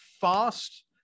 fast